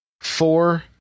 four